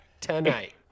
tonight